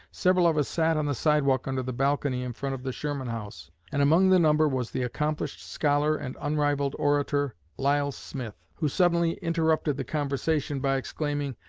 several of us sat on the sidewalk under the balcony in front of the sherman house, and among the number was the accomplished scholar and unrivalled orator, lisle smith, who suddenly interrupted the conversation by exclaiming,